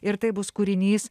ir tai bus kūrinys